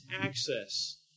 access